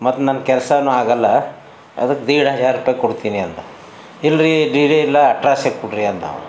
ಮತ್ತು ನನ್ನನ ಕೆಲ್ಸವೂ ಆಗಲ್ಲ ಅದಕ್ಕೆ ದೇಡ್ ಹಜಾರ್ ರೂಪಾಯಿ ಕೊಡ್ತೀನಿ ಅಂದ ಇಲ್ರಿ ದೇಡೆಯಿಲ್ಲ ಅಟ್ರಾಸೆ ಕೊಡ್ರಿ ಅಂದ ಅವ